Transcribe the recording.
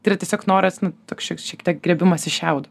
tai yra tiesiog noras nu toks šiek tiek griebimasis šiaudo